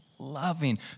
loving